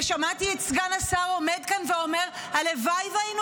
ושמעתי את סגן השר עומד כאן ואומר: הלוואי שהיינו